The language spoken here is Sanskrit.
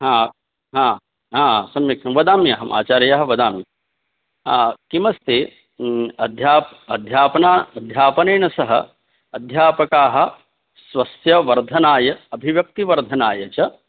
हा हा हा सम्यक् वदामि अहम् आचार्यः वदामि आ किमस्ति अध्या अध्यापना अध्यापनेन सह अध्यापकाः स्वस्य वर्धनाय अभिव्यक्तिवर्धनाय च